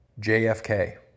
JFK